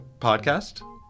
podcast